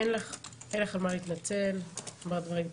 אין לך על מה להתנצל, אמרת דברים קשים.